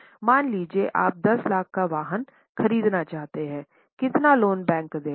मान लीजिए आप 10 लाख का वाहन खरीदना चाहते हैं कितना लोन बैंक देगा